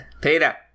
Peter